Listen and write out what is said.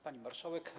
Pani Marszałek!